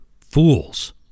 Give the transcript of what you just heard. Fools